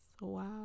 wow